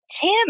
Tim